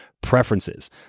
preferences